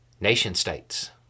Nation-states